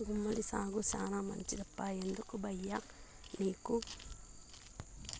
గుమ్మడి సాగు శానా మంచిదప్పా ఎందుకీ బయ్యం నీకు